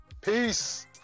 Peace